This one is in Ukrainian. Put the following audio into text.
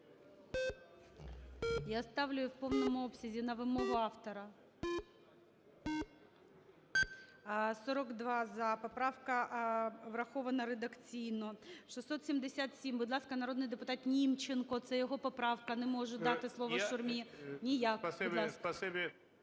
Я ставлю її в повному обсязі на вимогу автора. 11:25:09 За-42 Поправка врахована редакційно. 677, будь ласка, народний депутат Німченко. Це його поправка. Не можу дати слово Шурмі. Ніяк. Будь ласка.